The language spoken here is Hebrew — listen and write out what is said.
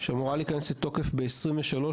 שאמורה להיכנס לתוקף ב-1923,